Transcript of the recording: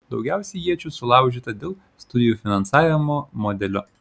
daugiausiai iečių sulaužyta dėl studijų finansavimo modelio